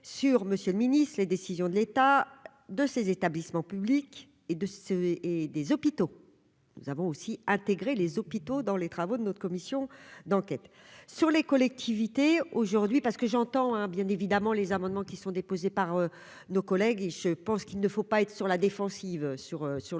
sur Monsieur le Ministre, les décisions de l'état de ces établissements publics et de CV et des hôpitaux. Nous avons aussi intégrer les hôpitaux dans les travaux de notre commission d'enquête sur les collectivités aujourd'hui parce que j'entends bien évidemment les amendements qui sont déposés par nos collègues et je pense qu'il ne faut pas être sur la défensive sur sur le sujet,